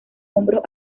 hombros